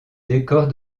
décore